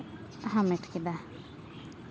ᱦᱟᱢᱮᱴ ᱠᱮᱫᱟ